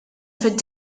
fid